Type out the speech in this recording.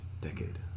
decade